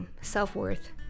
Self-worth